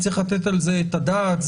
צריך לתת על זה את הדעת,